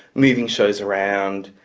moving shows around,